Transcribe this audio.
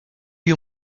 you